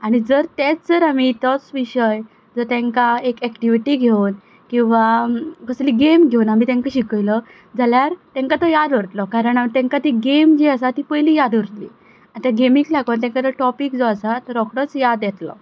आनी तेंच जर आमी तोच विशय जर तांकां एक एक्टिविटी घेवन किंवां कसली गेम घेवन आमी तांकां शिकयलो जाल्यार तांकां तो याद उरतलो कारण तांकां ती गेम जी आसा ती पयलीं याद उरतली आतां गेमींक लागून तांकां जो टॉपीक जो आसा तो रोकडोच याद येतलो